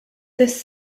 this